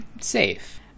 safe